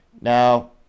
Now